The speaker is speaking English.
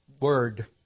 Word